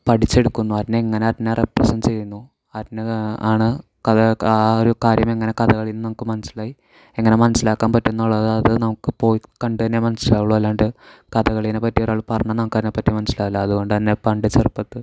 പഠിച്ചെടുക്കുന്നു അതിനെ ഇങ്ങനെ അതിനെ റെപ്രസെൻസ് ചെയ്യുന്നു അതിനെ ആണ് കഥ ആ ഒരു കാര്യമിങ്ങനെ കഥകളിയിൽനിന്ന് നമുക്ക് മനസ്സിലായി എങ്ങനെ മനസ്സിലാക്കാൻ പറ്റുന്നു ഉള്ളത് അത് നമുക്ക് പോയി കണ്ടുതന്നെ മനസ്സിലാവുള്ളൂ അല്ലാണ്ട് കഥകളിനെ പറ്റി ഒരാൾ പറഞ്ഞാൽ നമുക്കതിനെപ്പറ്റി മനസ്സിലാവില്ല അതുകൊണ്ടുതന്നെ പണ്ട് ചെറുപ്പത്ത്